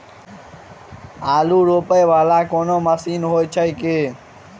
आलु रोपा वला कोनो मशीन हो छैय की?